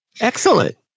Excellent